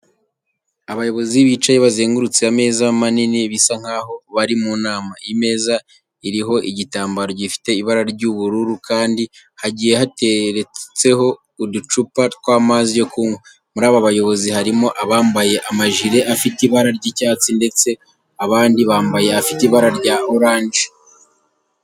Abayobozi bicaye bazengurutse ameza manini bisa nkaho bari mu nama. Iyi meza iriho igitambaro gifite ibara ry'ubururu kandi hagiye hateretseho uducupa tw'amazi yo kunywa. Muri aba bayobozi harimo abambaye amajire afite ibara ry'icyatsi ndetse abandi bambaye afite ibara rya oranje.